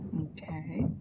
okay